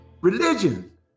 religion